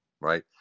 right